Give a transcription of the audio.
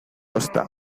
ozta